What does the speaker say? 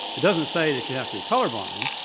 it doesn't say that you have to be colorblind,